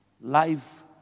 life